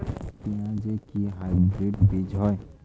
পেঁয়াজ এর কি হাইব্রিড বীজ হয়?